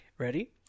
Ready